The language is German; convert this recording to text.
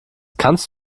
kannst